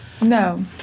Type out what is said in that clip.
No